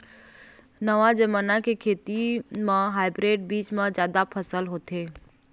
नवा जमाना के खेती म हाइब्रिड बीज म जादा फसल होथे